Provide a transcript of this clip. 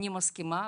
אני מסכימה.